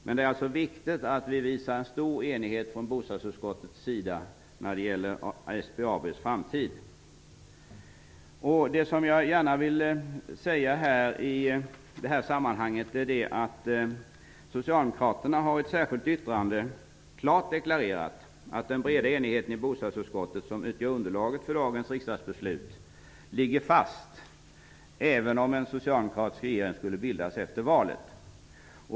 Det är alltså viktigt att vi från bostadsutskottets sida visar stor enighet när det gäller SBAB:s framtid. Socialdemokraterna har i ett särskilt yttrande klart deklarerat att den breda enighet i bostadsutskottet som utgör underlaget för dagens beslut ligger fast, även om det skulle bildas en socialdemokratisk regering efter valet.